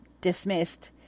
dismissed